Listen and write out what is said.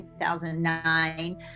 2009